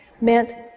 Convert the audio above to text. meant